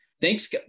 Thanks